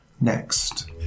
next